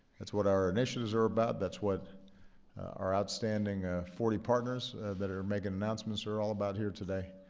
that's what our initiatives are about. that's what our outstanding forty partners that are making announcements are all about here today.